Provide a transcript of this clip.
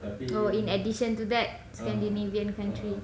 oh in addition to that scandinavian countries